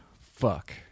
fuck